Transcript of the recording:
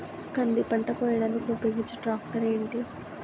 కంది పంట కోయడానికి ఉపయోగించే ట్రాక్టర్ ఏంటి?